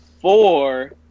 four